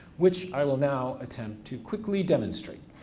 which i will now attempt to quickly demonstrate